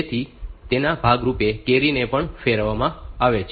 તેથી તેના ભાગરૂપે કેરી ને પણ ફેરવવામાં આવે છે